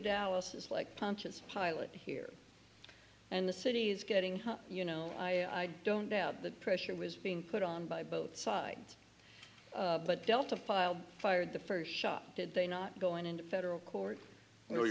dallas is like conscious pilot here and the city is getting you know i don't doubt that pressure was being put on by both sides but delta filed fired the first shot did they not going into federal court